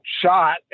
shot